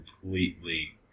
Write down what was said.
completely